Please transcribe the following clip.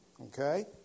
Okay